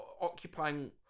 occupying